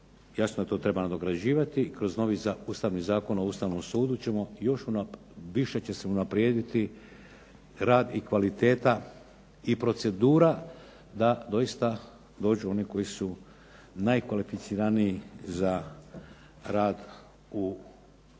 Jasno to treba nadograđivati i kroz novi ustavni Zakon o Ustavnom sudu ćemo još, više će se unaprijediti rad i kvaliteta i procedura da doista dođu oni koji su najkvalificiraniji za rad u Ustavnom